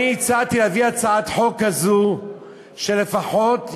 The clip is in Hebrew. אני הצעתי להביא הצעת חוק כזאת שלפחות ייחשב,